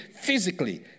physically